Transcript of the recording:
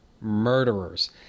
murderers